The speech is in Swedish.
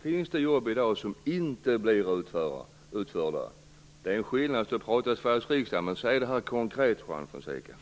Finns det jobb i dag som inte blir utförda? Det är enkelt att stå här i Sveriges riksdag och prata, men tala om var de finns konkret, Juan Fonseca!